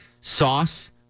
sauce